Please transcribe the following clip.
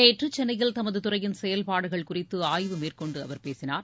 நேற்று சென்னையில் தமது துறையின் செயல்பாடுகள் குறித்து ஆய்வு மேற்கொண்டு அவர் பேசினார்